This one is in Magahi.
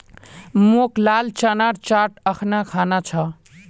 मोक लाल चनार चाट अखना खाना छ